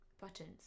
Buttons